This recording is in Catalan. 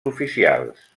oficials